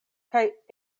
kaj